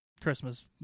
Christmas